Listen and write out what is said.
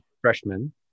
freshman